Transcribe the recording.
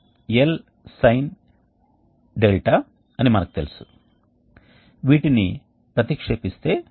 ఉష్ణోగ్రత వ్యత్యాసం ఎక్కువగా ఉంటే ఉష్ణ బదిలీ ఎక్కువగా ఉంటుంది మరియు ఇతర పారామితులు దానిపై ఆధారపడి ఉంటాయని ఇక్కడ ఇవ్వబడింది